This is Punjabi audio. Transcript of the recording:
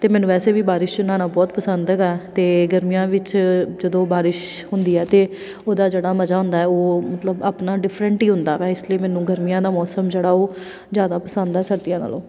ਅਤੇ ਮੈਨੂੰ ਵੈਸੇ ਵੀ ਬਾਰਿਸ਼ 'ਚ ਨਹਾਉਣਾ ਬਹੁਤ ਪਸੰਦ ਹੈਗਾ ਅਤੇ ਗਰਮੀਆਂ ਵਿੱਚ ਜਦੋਂ ਬਾਰਿਸ਼ ਹੁੰਦੀ ਹੈ ਅਤੇ ਉਹਦਾ ਜਿਹੜਾ ਮਜ਼ਾ ਹੁੰਦਾ ਉਹ ਮਤਲਬ ਆਪਣਾ ਡਿਫਰੈਂਟ ਹੀ ਹੁੰਦਾ ਵੈ ਇਸ ਲਈ ਮੈਨੂੰ ਗਰਮੀਆਂ ਦਾ ਮੌਸਮ ਜਿਹੜਾ ਉਹ ਜ਼ਿਆਦਾ ਪਸੰਦ ਆ ਸਰਦੀਆਂ ਨਾਲ਼ੋਂ